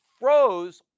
froze